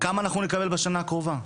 כמה נקבל בשנה הקרובה.